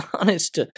Honest